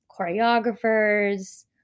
choreographers